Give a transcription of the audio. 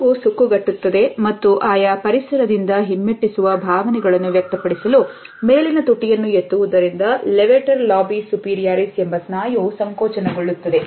ನೀವು ಸುಕ್ಕುಗಟ್ಟುತ್ತದೆ ಮತ್ತು ಆಯ ಪರಿಸರದಿಂದ ಹಿಮ್ಮೆಟ್ಟಿಸುವ ಭಾವನೆಗಳನ್ನು ವ್ಯಕ್ತಪಡಿಸಲು ಮೇಲಿನ ತುಟಿಯನ್ನು ಎತ್ತುವುದರಿಂದ ಲೇವೇಟರ್ ಲಾಬಿ ಸುಪೇರಿಯರಿಸ್ ಎಂಬ ಸ್ನಾಯು ಸಂಕೋಚನಗೊಳುತ್ತದೆ